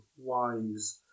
wise